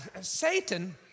Satan